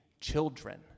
children